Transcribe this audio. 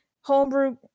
homebrew